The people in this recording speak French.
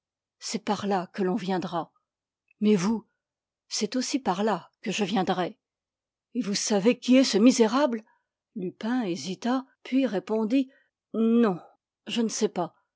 c'est par là que l'on viendra mais vous c'est aussi par là que je viendrai et vous savez qui est ce misérable lupin hésita puis répondit non je ne sais pas